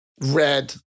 red